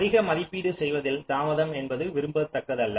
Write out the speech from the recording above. அதிக மதிப்பீடு செய்வதில் தாமதம் என்பது விரும்பத்தக்கது அல்ல